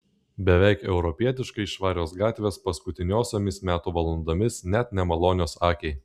beveik europietiškai švarios gatvės paskutiniosiomis metų valandomis net nemalonios akiai